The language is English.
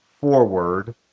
forward